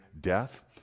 death